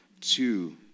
two